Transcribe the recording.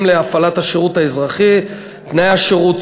להפעלת השירות האזרחי: תנאי השירות,